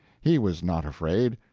he was not afraid.